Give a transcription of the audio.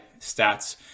stats